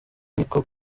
niko